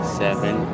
seven